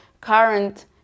current